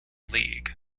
league